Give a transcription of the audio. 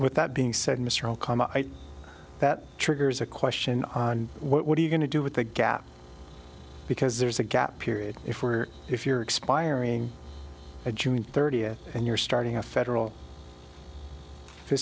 with that being said mr okama that triggers a question on what are you going to do with the gap because there's a gap period if where if you're expiring june thirtieth and you're starting a federal